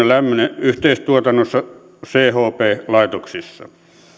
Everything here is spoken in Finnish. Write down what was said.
lämmön yhteistuotannossa chp laitoksissa